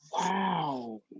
wow